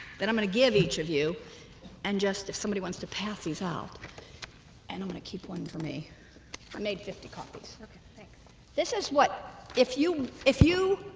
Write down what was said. that i'm going to give each of you and just if somebody wants to pass these out and i'm going to keep one for me i made fifty copies this is what if you if you